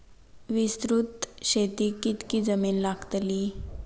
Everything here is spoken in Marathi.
विस्तृत शेतीक कितकी जमीन लागतली?